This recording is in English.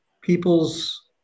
people's